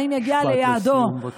ואם יגיעו ליעדם,